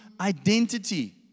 identity